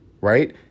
right